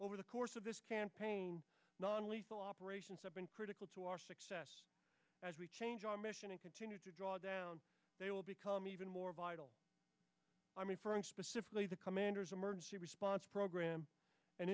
over the course of this campaign nonlethal operations critical to our success as we change our mission and continue to draw down they will become even more vital i mean for him specifically the commanders emergency response program and